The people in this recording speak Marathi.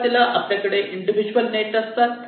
सुरुवातीला आपल्याकडे इंडिविडुअल नेट असतात